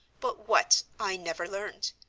but what i never learned.